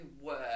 work